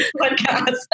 podcast